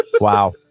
Wow